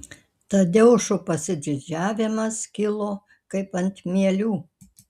tadeušo pasididžiavimas kilo kaip ant mielių